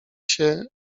się